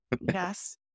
Yes